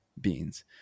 beings